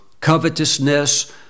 covetousness